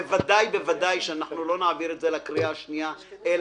בוודאי לא נעביר את זה לקריאה השנייה והשלישית